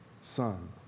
son